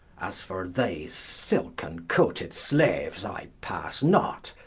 as for these silken-coated slaues i passe not,